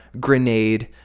Grenade